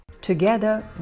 Together